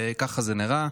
וככה זה נראה.